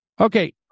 Okay